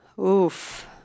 oof